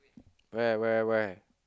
where where where